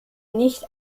nicht